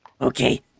Okay